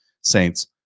Saints